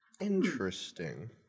Interesting